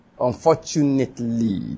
Unfortunately